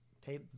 Pay